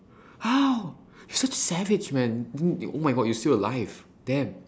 how you're such a savage man o~ oh my god you're still alive damn